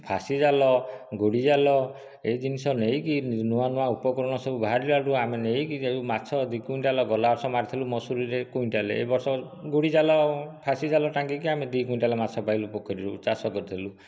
ଫାଶୀ ଜାଲ ଗୋଡ଼ି ଜାଲ ଏଇ ଜିନିଷ ନେଇକି ନୂଆ ନୂଆ ଉପକରଣ ସବୁ ବାହାରିଲା ଠାରୁ ଆମେ ନେଇକି ତାକୁ ମାଛ ଦୁଇ କୁଇଣ୍ଟାଲ ଗଲାବର୍ଷ ମାରିଥିଲୁ ମଶୁରିରେ କୁଇଣ୍ଟାଲ ଏବର୍ଷ ଗୋଡ଼ି ଜାଲ ଫାଶୀଜାଲ ଟାଙ୍ଗିକି ଆମେ ଦୁଇ କୁଇଣ୍ଟାଲ ମାଛ ପାଇଲୁ ପୋଖରୀରୁ ଚାଷ କରିଥିଲୁ